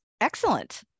Excellent